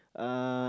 uh